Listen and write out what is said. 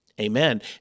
Amen